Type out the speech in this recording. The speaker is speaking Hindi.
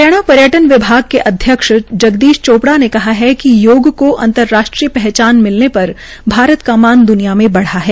हरियाणा पर्यटन विभाग के अध्यक्ष जगदीश चोपड़ा ने कहा है कि योग का अंतर्राष्ट्रीय पहचान मिलने पर भारत का मान द्निया में बढ़ा है